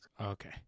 Okay